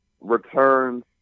returns